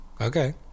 Okay